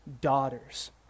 daughters